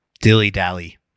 Dilly-dally